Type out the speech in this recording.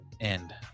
end